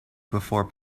before